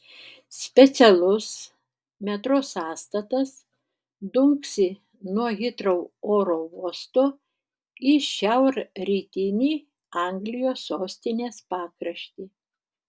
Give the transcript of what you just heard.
specialus metro sąstatas dunksi nuo hitrou oro uosto į šiaurrytinį anglijos sostinės pakraštį